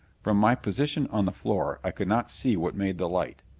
from my position on the floor i could not see what made the light.